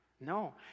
No